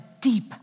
deep